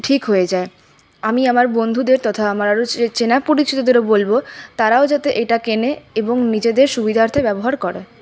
ঠিক হয়ে যায় আমি আমার বন্ধুদের তথা আমার আরও চেনা পরিচিতদেরও বলব তারাও যাতে এটা কেনে এবং নিজেদের সুবিধার্থে ব্যবহার করে